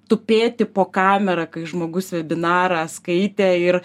tupėti po kamerą kai žmogus vebinarą skaitė ir